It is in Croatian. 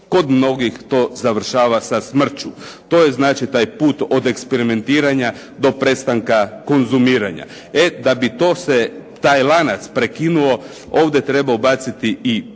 kod mnogih to završava sa smrću. To je znači taj put od eksperimentiranja do prestanka konzumiranja. Da bi to se taj lanac prekinuo ovdje treba ubaciti i posao,